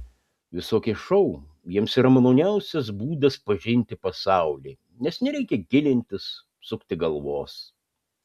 visokie šou jiems yra maloniausias būdas pažinti pasaulį nes nereikia gilintis sukti galvos